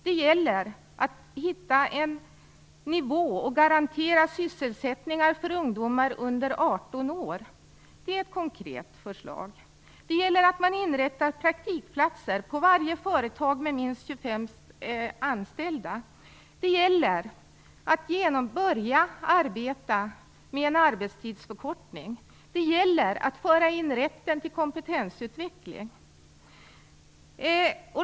Det gäller att hitta en nivå och garantera sysselsättning för ungdomar under 18 år. Det är ett konkret förslag. - Det gäller att inrätta praktikplatser på varje företag med minst 25 anställda. - Det gäller att börja arbeta med en arbetstidsförkortning. - Det gäller att föra in rätten till kompetensutveckling.